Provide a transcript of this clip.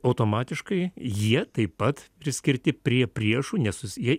automatiškai jie taip pat priskirti prie priešų nes jie